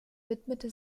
widmete